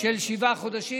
של שבעה חודשים,